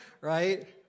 Right